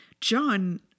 john